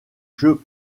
jeux